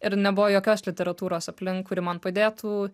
ir nebuvo jokios literatūros aplink kuri man padėtų